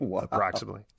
approximately